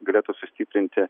galėtų sustiprinti